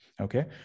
Okay